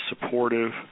supportive